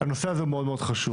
הנושא הזה הוא מאוד מאוד חשוב.